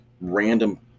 random